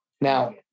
Now